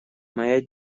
моя